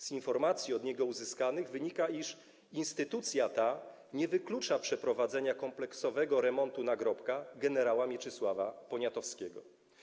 Z informacji od niego uzyskanych wynika, iż instytucja ta nie wyklucza przeprowadzenia kompleksowego remontu nagrobka gen. Mieczysława Poniatowskiego”